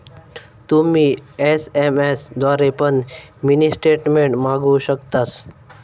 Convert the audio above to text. तुम्ही एस.एम.एस द्वारे पण मिनी स्टेटमेंट मागवु शकतास